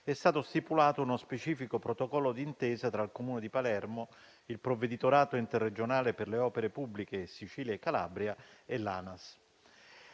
è stato stipulato uno specifico protocollo d'intesa tra il Comune di Palermo, il provveditorato interregionale per le opere pubbliche Sicilia e Calabria e l'ANAS.